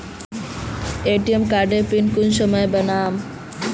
ATM कार्डेर pin कुंसम के बनाम?